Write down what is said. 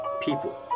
people